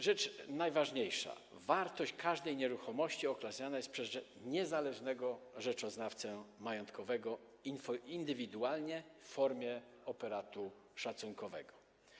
Rzecz najważniejsza: wartość każdej nieruchomości określana jest przez niezależnego rzeczoznawcę majątkowego indywidualnie w formie operatu szacunkowego.